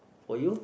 for you